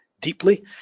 deeply